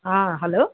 hello